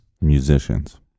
musicians